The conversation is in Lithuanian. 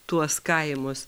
tuos kaimus